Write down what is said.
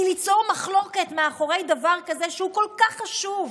כי ליצור מחלוקת מאחורי דבר כזה, שהוא כל כך חשוב,